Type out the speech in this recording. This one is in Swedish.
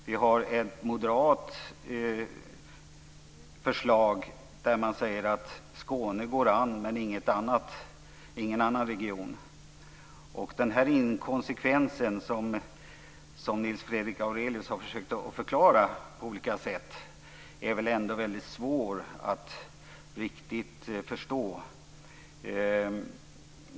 Det finns också ett moderat förslag där man säger att Skåne går an, dock ingen annan region. Denna inkonsekvens, som Nils Fredrik Aurelius på olika sätt har försökt förklara, är det väl ändå väldigt svårt att riktigt förstå.